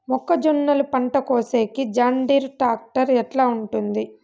మొక్కజొన్నలు పంట కోసేకి జాన్డీర్ టాక్టర్ ఎట్లా ఉంటుంది?